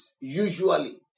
usually